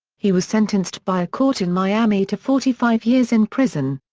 he was sentenced by a court in miami to forty five years in prison.